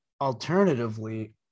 Alternatively